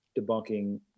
debunking